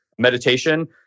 Meditation